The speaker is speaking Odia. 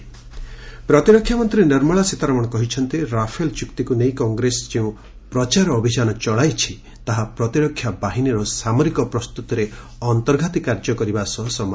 ଡିଫେନ୍ସ ମିନିଷ୍ଟର ରାଫେଲ୍ ପ୍ରତିରକ୍ଷା ମନ୍ତ୍ରୀ ନିର୍ମଳା ସୀତାରମଣ କହିଛନ୍ତି ରାଫେଲ୍ ଚୁକ୍ତିକୁ ନେଇ କଂଗ୍ରେସ୍ ଯେଉଁ ପ୍ରଚାର ଅଭିଯାନ ଚଳାଇଛି ତାହା ପ୍ରତିରକ୍ଷା ବାହିନୀର ସାମରିକ ପ୍ରସ୍ତୁତିରେ ଅନ୍ତର୍ଘାତୀ କାର୍ଯ୍ୟ କରିବା ସହ ସମାନ